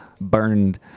Burned